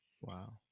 Wow